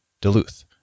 Duluth